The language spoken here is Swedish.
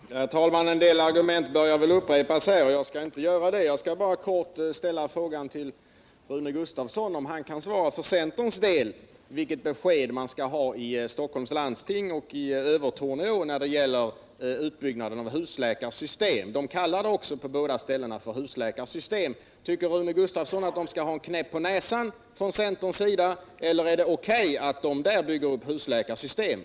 Herr talman! En del argument börjar upprepas i denna debatt, och jag skall inte bidra till det. Jag skall bara helt kort ställa den frågan till Rune Gustavsson, om han för centerns del kan ge ett besked till Stockholms läns landsting och till Övertorneå när det gäller utbyggnaden av ett husläkarsystem där. Man använder på båda ställena benämningen husläkarsystem. Tycker Rune Gustavsson att man där bör ha en knäpp på näsan från centern för detta, eller är det bra att man där bygger upp ett husläkarsystem?